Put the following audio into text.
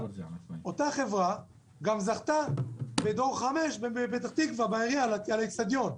אותה חברה גם זכתה בדור 5 בפתח תקווה בעירייה על האצטדיון.